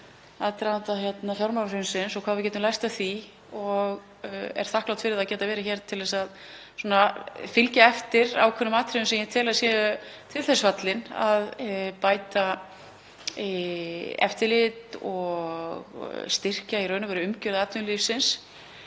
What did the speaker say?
aðdraganda fjármálahrunsins og hvað við getum lært af því og er þakklát fyrir að geta verið hér til að fylgja eftir ákveðnum atriðum sem ég tel að séu til þess fallin að bæta eftirlit og styrkja umgjörð atvinnulífsins.